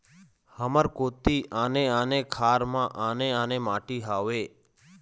हमर कोती आने आने खार म आने आने माटी हावे?